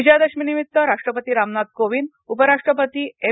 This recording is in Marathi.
विजयादशमी निमित्त राष्ट्रपती रामनाथ कोविंद उपराष्ट्रपती एम